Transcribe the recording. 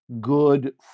good